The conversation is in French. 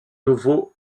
nouveau